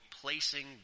placing